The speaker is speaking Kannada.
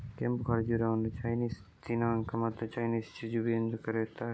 ಕೆಂಪು ಖರ್ಜೂರವನ್ನು ಚೈನೀಸ್ ದಿನಾಂಕ ಮತ್ತು ಚೈನೀಸ್ ಜುಜುಬೆ ಎಂದೂ ಕರೆಯುತ್ತಾರೆ